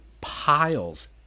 Piles